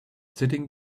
sitting